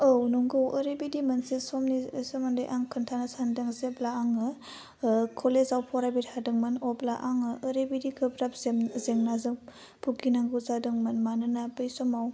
औ नोंगौ ओरैबायदि मोनसे समनि सोमोन्दै आं खोन्थानो सान्दों जेब्ला आङो कलेजाव फरायबाय थादोंमोन अब्ला आङो ओरैबायदि गोब्राब जें जेनाजों फुगि नांगौ जादोंमोन मानोना बै समाव